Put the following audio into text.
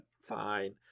Fine